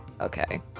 okay